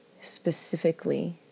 specifically